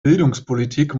bildungspolitik